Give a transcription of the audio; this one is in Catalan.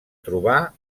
trobar